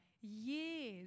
years